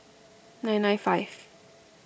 nine nine five